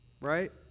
right